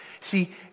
See